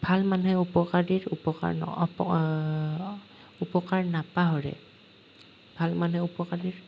ভাল মানুহে উপকাৰীৰ উপকাৰ উপকাৰ নাপাহৰে ভাল মানুহে উপকাৰীৰ